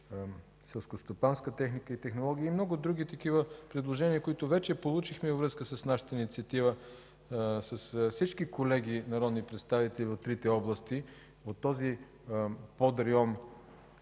селскостопанска техника и технологии – много други такива предложения, които вече получихме във връзка с нашата инициатива с всички колеги народни представители от трите области, от този подрайон